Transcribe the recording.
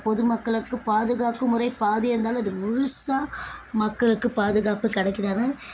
பொதுமக்களுக்கு பாதுகாக்கும் முறை பாதியே இருந்தாலும் அது முழுசாக மக்களுக்கு பாதுகாப்பு கிடைக்கலனா